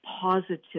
positive